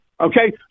Okay